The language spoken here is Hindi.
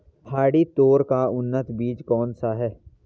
पहाड़ी तोर का उन्नत बीज कौन सा है?